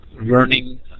learning